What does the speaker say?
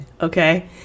Okay